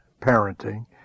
parenting